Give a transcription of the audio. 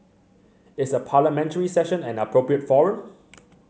is a Parliamentary Session an appropriate forum